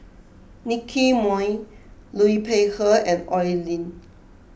Nicky Moey Liu Peihe and Oi Lin